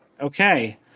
Okay